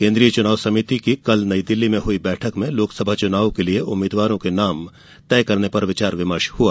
केंद्रीय चुनाव समिति की कल नई दिल्ली में हुई बैठक में लोकसभा चुनाव के लिए उम्मीदवारों के नाम तय करने पर विचार विमर्श हआ